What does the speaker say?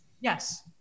Yes